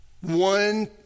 one